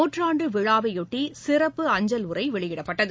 நூற்றாண்டு விழாவையொட்டி சிறப்பு அஞ்சல் உறை வெளியிடப்பட்டது